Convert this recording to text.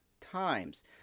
times